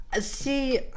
see